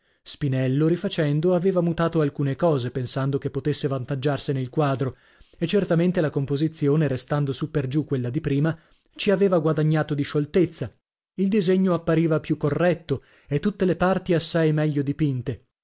spinello rifacendo aveva mutato alcune cose pensando che potesse vantaggiarsene il quadro e certamente la composizione restando suppergiù quella di prima ci aveva guadagnato di scioltezza il disegno appariva più corretto e tutte le parti assai meglio dipinte